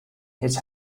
his